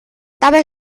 dabei